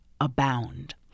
abound